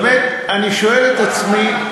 באמת, אני שואל את עצמי,